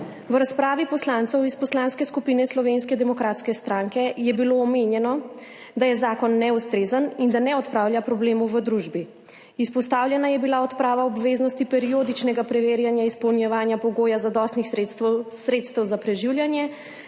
V razpravi poslancev iz Poslanske skupine Slovenske demokratske stranke je bilo omenjeno, da je zakon neustrezen in da ne odpravlja problemov v družbi. Izpostavljena je bila odprava obveznosti periodičnega preverjanja izpolnjevanja pogoja zadostnih sredstev za preživljanje